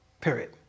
period